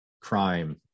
crime